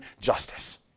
justice